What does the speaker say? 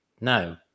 no